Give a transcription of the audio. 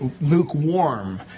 lukewarm